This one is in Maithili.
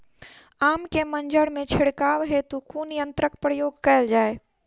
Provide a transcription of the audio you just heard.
आम केँ मंजर मे छिड़काव हेतु कुन यंत्रक प्रयोग कैल जाय?